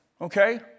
okay